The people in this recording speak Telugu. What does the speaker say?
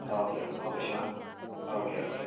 okay okay Shiva okay okay